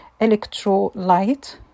electrolyte